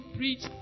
preach